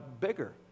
bigger